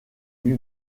lui